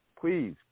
please